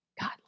God